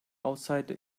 outside